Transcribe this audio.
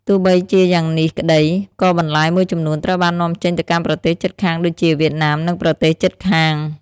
ទោះបីជាយ៉ាងនេះក្តី ក៏បន្លែមួយចំនួនត្រូវបាននាំចេញទៅកាន់ប្រទេសជិតខាងដូចជា វៀតណាម និងប្រទេសជិតខាង។